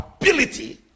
ability